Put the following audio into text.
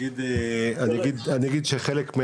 אני אגיד שחלק,